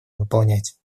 выполнять